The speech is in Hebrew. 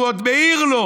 והוא עוד מעיר לו